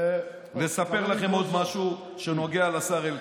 לספר לכם עוד משהו שנוגע לשר אלקין.